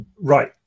Right